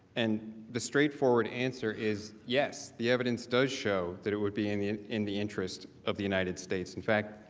and the straightforward answer is yes. the evidence does show that it would be in the and in the interest of the united states, in fact,